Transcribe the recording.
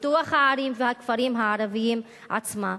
פיתוח הערים והכפרים הערביים עצמם,